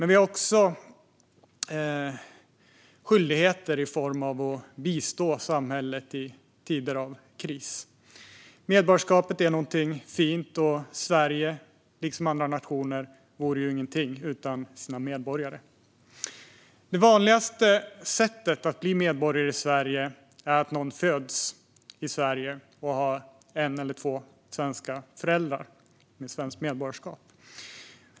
Vi har också skyldigheter att bistå samhället i tider av kris. Medborgarskapet är någonting fint. Sverige, liksom andra nationer, vore ingenting utan sina medborgare. Det vanligaste sättet att bli medborgare i Sverige är att födas i Sverige och ha en eller två föräldrar med svenskt medborgarskap.